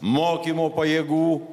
mokymo pajėgų